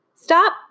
Stop